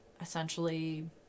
essentially